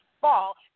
fall